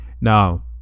Now